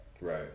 Right